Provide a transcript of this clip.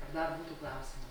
ar dar būtų klausimų